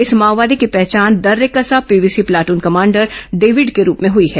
इस माओवादी की पहचान Darrekasa PVC platoon commander David के रूप में हुई है